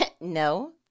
no